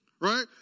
right